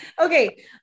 Okay